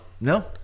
no